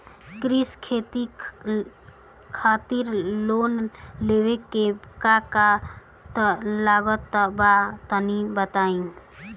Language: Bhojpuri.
कृषि खातिर लोन लेवे मे का का लागत बा तनि बताईं?